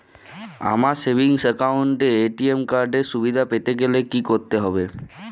আমার savings account এ ATM card এর সুবিধা পেতে গেলে কি করতে হবে?